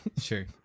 Sure